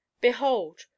behold